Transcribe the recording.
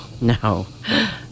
No